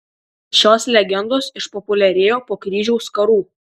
šios legendos išpopuliarėjo po kryžiaus karų